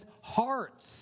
hearts